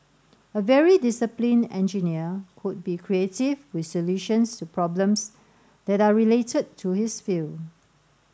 a very disciplined engineer could be creative with solutions to problems that are related to his field